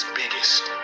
biggest